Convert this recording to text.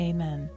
Amen